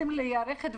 אבל זה פשוט לא הגיוני.